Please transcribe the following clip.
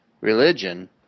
religion